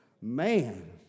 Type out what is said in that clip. man